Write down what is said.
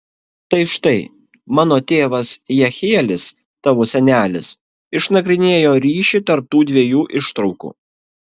tai štai mano tėvas jehielis tavo senelis išnagrinėjo ryšį tarp tų dviejų ištraukų